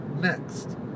next